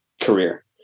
career